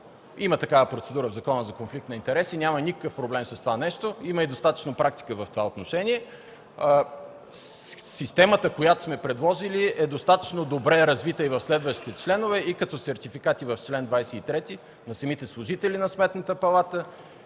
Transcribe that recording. Има такава процедура в Закона за конфликт на интереси, няма никакъв проблем с това нещо. Има и достатъчно практика в това отношение. Системата, която сме предложили, е достатъчно добре развита и в следващи членове, и като сертификати в чл. 23 на самите служители на Сметната палата,